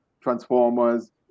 transformers